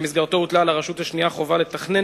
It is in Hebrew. ובמסגרתו הוטלה על הרשות השנייה חובה לתכנן,